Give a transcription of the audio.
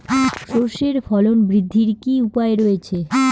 সর্ষের ফলন বৃদ্ধির কি উপায় রয়েছে?